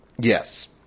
Yes